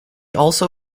also